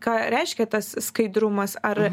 ką reiškia tas skaidrumas ar